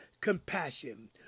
compassion